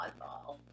oddball